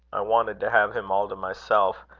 i wanted to have him all to myself,